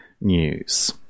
news